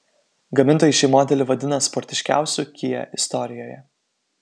gamintojai šį modelį vadina sportiškiausiu kia istorijoje